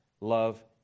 love